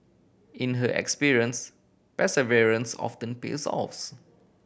in her experience perseverance often pays off's